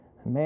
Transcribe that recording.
Man